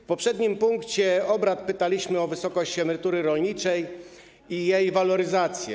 W poprzednim punkcie obrad pytaliśmy o wysokość emerytury rolniczej i jej waloryzację.